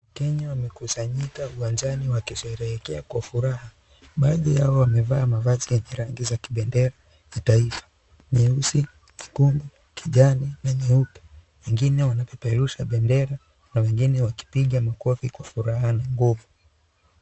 Wakenya wamekusanyika uwanjani wakisheherekea Kwa furaha , baadhi yao wamevaa mavazi yenye rangi za kibendera ya taifa , nyeusi, nyekundu, kijani na nyeupe. Wengine wanapeperusha bendera yaani wakipiga makofi kwa furaha na hofu.